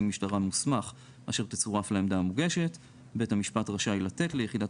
משטרה מוסמך אשר תצורף לעמדה המוגשת; בית המשפט רשאי לתת ליחידת